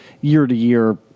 year-to-year